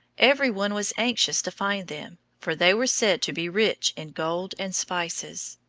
every one was anxious to find them, for they were said to be rich in gold and spices.